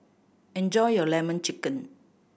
enjoy your Lemon Chicken